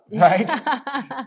right